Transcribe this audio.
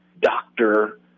doctor